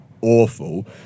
awful